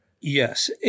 Yes